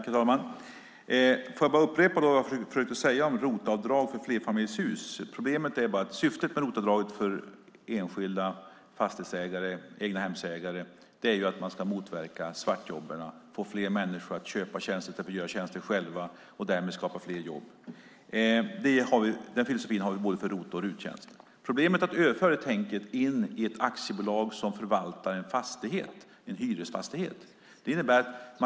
Herr talman! Jag vill upprepa vad jag försökte säga om ROT-avdrag för flerfamiljshus. Syftet med ROT-avdraget för enskilda fastighetsägare och egnahemsägare är att man ska motverka svartjobb och få flera människor att köpa tjänster i stället för att göra saker själva och därmed skapa flera jobb. Den filosofin har vi för både RUT och ROT-tjänster. Det finns problem med att överföra det tänket in i ett aktiebolag som förvaltar en hyresfastighet.